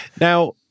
Now